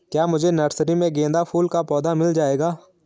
क्या मुझे नर्सरी में गेंदा फूल का पौधा मिल जायेगा?